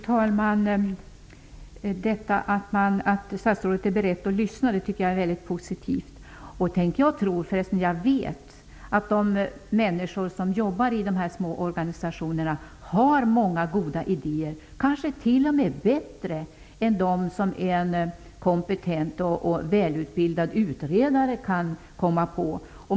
Fru talman! Jag tycker att det är mycket positivt att statsrådet är beredd att lyssna. Jag vet att de människor som jobbar i dessa små organisationer har många goda idéer, kanske t.o.m. bättre än de idéer som en kompetent och välutbildad utredare kan komma på.